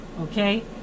Okay